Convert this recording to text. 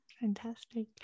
fantastic